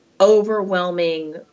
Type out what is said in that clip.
overwhelming